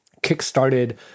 kickstarted